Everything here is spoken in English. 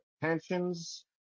pensions